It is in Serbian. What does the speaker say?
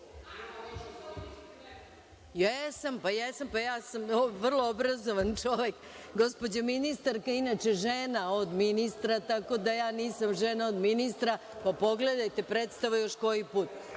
ja sam vrlo obrazovan čovek. Gospođa ministarka je inače žena od ministra. Tako da, ja nisam žena od ministra, pa pogledajte predstavu još koji